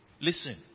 Listen